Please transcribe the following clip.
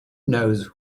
knows